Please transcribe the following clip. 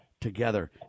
together